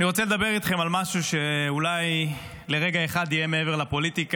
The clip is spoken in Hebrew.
רוצה לדבר איתכם על משהו שאולי לרגע אחד יהיה מעבר לפוליטיקה,